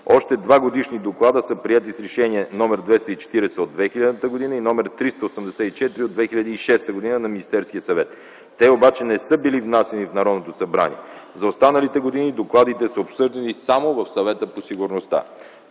Още два годишни доклада са приети с решения № 240 от 2000 г. и № 384 от 2006 г. на Министерския съвет. Те обаче не са били внасяни в Народното събрание. За останалите години докладите са обсъждани само в Съвета по сигурността.